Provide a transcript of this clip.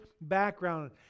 background